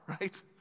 right